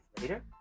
later